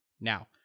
Now